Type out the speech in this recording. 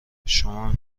شمام